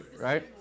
right